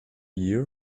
year